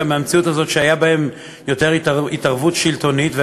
מהמציאות הזאת שהייתה בה יותר התערבות שלטונית,